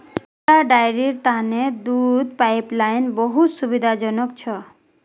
छोटा डेरीर तने दूध पाइपलाइन बहुत सुविधाजनक छ